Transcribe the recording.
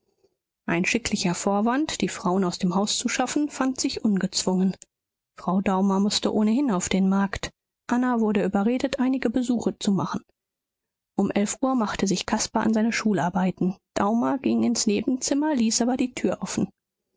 ein schicklicher vorwand die frauen aus dem haus zu schaffen fand sich ungezwungen frau daumer mußte ohnehin auf den markt anna wurde überredet einige besuche zu machen um elf uhr machte sich caspar an seine schularbeiten daumer ging ins nebenzimmer ließ aber die tür offen